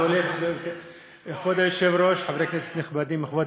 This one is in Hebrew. ניקח את